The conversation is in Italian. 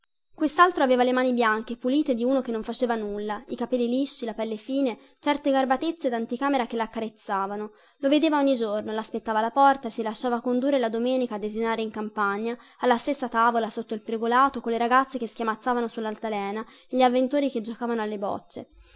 questaltro aveva le mani bianche e pulite di uno che non fa nulla i capelli lisci la pelle fine certe garbatezze danticamera che la accarezzavano lo vedeva ogni giorno laspettava alla porta si lasciava condurre la domenica a desinare in campagna alla stessa tavola sotto il pergolato colle ragazze che schiamazzavano sullaltalena e gli avventori che giocavano alle bocce